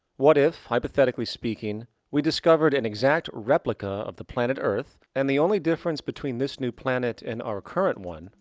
what if hypothetically speaking we discovered an exact replica of the planet earth and the only difference between this new planet and our current one.